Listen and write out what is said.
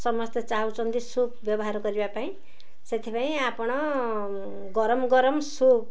ସମସ୍ତେ ଚାହୁଁଛନ୍ତି ସୁପ୍ ବ୍ୟବହାର କରିବା ପାଇଁ ସେଥିପାଇଁ ଆପଣ ଗରମ ଗରମ ସୁପ୍